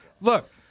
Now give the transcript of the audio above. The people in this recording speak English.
Look